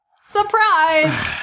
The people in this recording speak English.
Surprise